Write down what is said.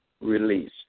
release